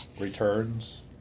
returns